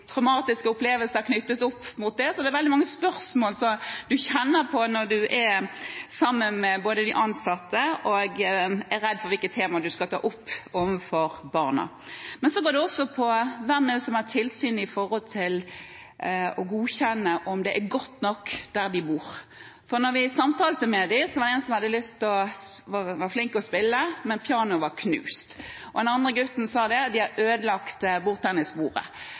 traumatiske opplevelser knyttet til det? Det er veldig mange spørsmål man kjenner på når man er sammen med både dem og de ansatte. Man er redd for hvilke tema man skal ta opp med barna. Men det går også på hvem som har tilsyn, hvem som godkjenner og avgjør om det er godt nok der de bor. Da vi samtalte med barna, var det en som var flink til å spille og hadde lyst til det, men pianoet var knust. En annen gutt sa at de hadde ødelagt